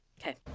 Okay